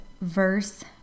verse